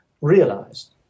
realized